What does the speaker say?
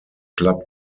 club